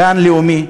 גן לאומי.